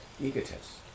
egotists